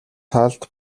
талд